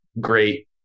great